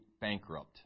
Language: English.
bankrupt